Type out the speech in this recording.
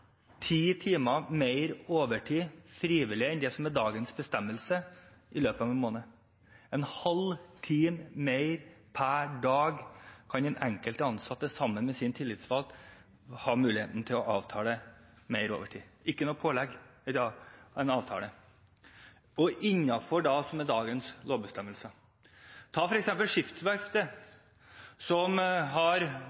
ti timer mer overtid frivillig enn det som er dagens bestemmelse, i løpet av en måned. En halv time mer per dag kan den enkelte ansatte, sammen med sin tillitsvalgte, ha muligheten til å avtale av mer overtid – ikke noe pålegg, men en avtale, og innenfor det som er dagens lovbestemmelser. Ta f.eks. skipsverftet som har